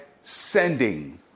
sending